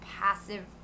passive